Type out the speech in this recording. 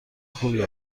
خوبی